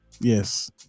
Yes